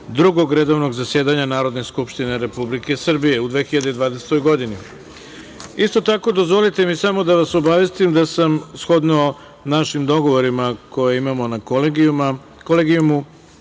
Drugog redovnog zasedanja Narodne skupštine Republike Srbije u 2020. godini. Isto tako dozvolite mi samo da vas obavestim da sam shodno našim dogovorima koje imamo na Kolegijumu,